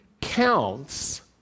counts